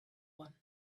one